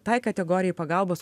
tai kategorijai pagalbos